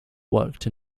worked